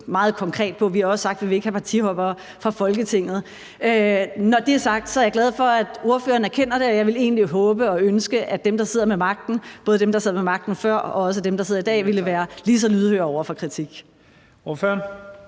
meget konkret på. Vi har også sagt, at vi ikke vil have partihoppere fra Folketinget. Når det er sagt, er jeg glad for, at ordføreren erkender det, og jeg vil egentlig håbe og ønske, at dem, der sidder med magten – både dem, der sad ved magten før, og også dem, der sidder der i dag – ville være lige så lydhøre over for kritik. Kl.